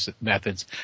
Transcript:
methods